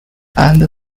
and